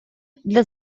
для